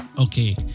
okay